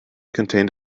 contained